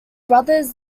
brothers